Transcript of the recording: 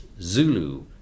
Zulu